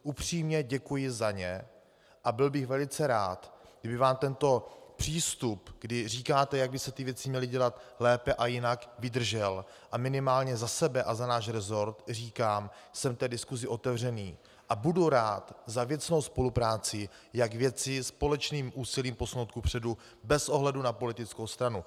Upřímně za ně děkuji a byl bych velice rád, kdyby vám tento přístup, kdy říkáte, jak by se ty věci měly dělat lépe a jinak, vydržel a minimálně za sebe a za náš resort říkám jsem té diskusi otevřený a budu rád za věcnou spolupráci, jak věci společným úsilím posunout kupředu bez ohledu na politickou stranu.